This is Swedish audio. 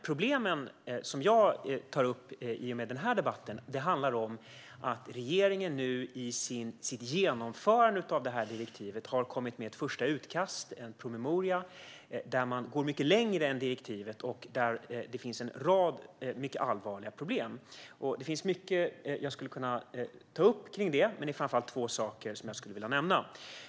Problemen som jag tar upp i och med den här debatten handlar om att regeringen i sitt genomförande av det här direktivet har kommit med ett första utkast, en promemoria, där man går mycket längre än direktivet och där det finns en rad mycket allvarliga problem. Det finns mycket jag skulle kunna ta upp kring det, men det är framför allt två saker som jag skulle vilja nämna.